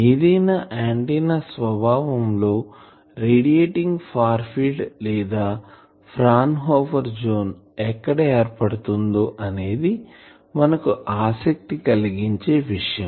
ఏదైనా ఆంటిన్నా స్వభావం లో రేడియేటింగ్ ఫార్ ఫీల్డ్ లేదా ఫ్రాన్ హాఫెర్ జోన్ ఎక్కడ ఏర్పడుతుందో అనేది మనకు ఆసక్తి కలిగించే విషయం